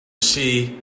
see